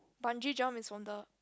Bungee Jump is from the